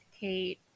Kate